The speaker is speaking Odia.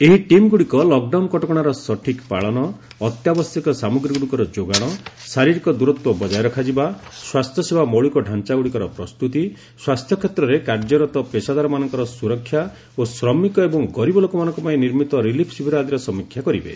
ଏହି ଟିମ୍ଗୁଡ଼ିକ ଲକ୍ଡାଉନ କଟକଶାର ସଠିକ୍ ପାଳନ ଅତ୍ୟାବଶ୍ୟକ ସାମଗ୍ରୀଗୁଡ଼ିକର ଯୋଗାଣ ଶାରୀରିକ ଦୂରତ୍ୱ ବଙ୍କାୟ ରଖାଯିବା ସ୍ୱାସ୍ଥ୍ୟ ସେବା ମୌଳିକ ଢାଞ୍ଚାଗୁଡ଼ିକର ପ୍ରସ୍ତୁତି ସ୍ୱାସ୍ଥ୍ୟକ୍ଷେତ୍ରରେ କାର୍ଯ୍ୟରତ ପେଶାଦାରମାନଙ୍କର ସୁରକ୍ଷା ଓ ଶ୍ରମିକ ଏବଂ ଗରିବ ଲୋକମାନଙ୍କ ପାଇଁ ନିର୍ମିତ ରିଲିଫ୍ ଶିବିର ଆଦିର ସମୀକ୍ଷା କରିବେ